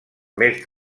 més